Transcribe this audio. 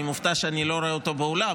אני מופתע שאני לא רואה אותו באולם,